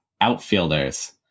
outfielders